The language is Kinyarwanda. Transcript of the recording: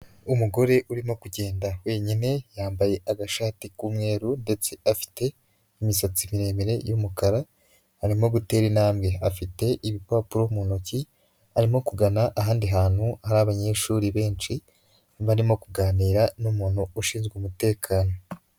Umugore urimo kugenda wenyine, yambaye agashati k'umweru ndetse afite n' imisatsi miremire y'umukara, arimo gutera intambwe, afite ibipapuro mu ntoki, arimo kugana ahandi hantu hari abanyeshuri benshi, barimo kuganira n'umuntu ushinzwe umutekano.